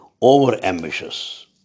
over-ambitious